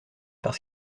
parce